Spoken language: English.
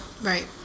Right